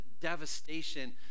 devastation